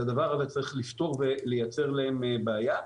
הדבר הזה צריך לפתור ולייצר להם בעיה.